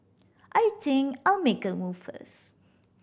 I think I'll make a move first